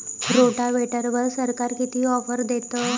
रोटावेटरवर सरकार किती ऑफर देतं?